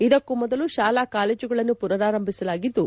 ಇದಕ್ಕೂ ಮೊದಲು ಶಾಲಾ ಕಾಲೇಜುಗಳನ್ನು ಪುನರಾರಂಭಿಸಲಾಗಿದ್ದು